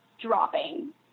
dropping